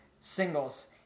singles